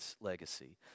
legacy